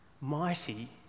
mighty